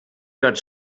got